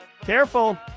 Careful